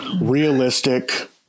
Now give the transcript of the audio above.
realistic